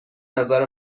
نظر